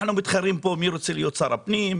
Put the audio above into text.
אנחנו מתחרים פה מי רוצה להיות שר הפנים,